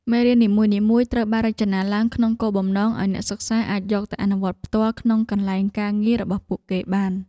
មេរៀននីមួយៗត្រូវបានរចនាឡើងក្នុងគោលបំណងឱ្យអ្នកសិក្សាអាចយកទៅអនុវត្តផ្ទាល់ក្នុងកន្លែងការងាររបស់ពួកគេបាន។